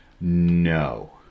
no